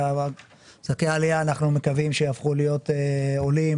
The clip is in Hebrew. שזכאי העלייה אנחנו מקווים שיהפכו להיות עולים,